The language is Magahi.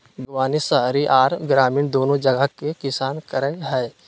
बागवानी शहरी आर ग्रामीण दोनो जगह के किसान करई हई,